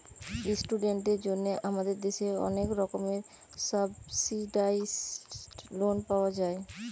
ইস্টুডেন্টদের জন্যে আমাদের দেশে অনেক রকমের সাবসিডাইসড লোন পাওয়া যায়